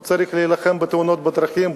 הוא צריך להתעסק בתאונות דרכים,